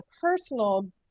personal